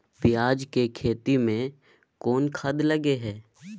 पियाज के खेती में कोन खाद लगे हैं?